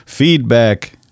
feedback